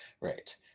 Right